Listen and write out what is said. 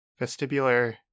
Vestibular